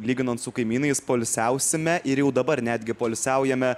lyginant su kaimynais poilsiausime ir jau dabar netgi poilsiaujame